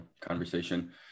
conversation